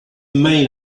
main